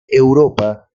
europa